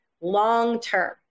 long-term